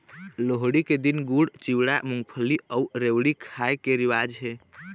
लोहड़ी के दिन गुड़, चिवड़ा, मूंगफली अउ रेवड़ी खाए के रिवाज हे